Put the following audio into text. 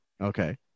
okay